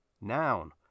Noun